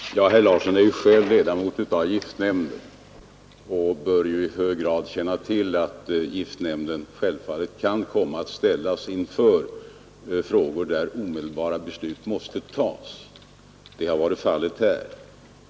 Herr talman! Herr Larsson i Staffanstorp är ju själv ledamot av giftnämnden och bör därför känna till att nämnden självfallet kan komma att ställas inför frågor, där omedelbara beslut måste fattas. Det har varit fallet här.